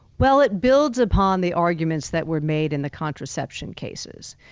well, it builds upon the arguments that were made in the contraception cases.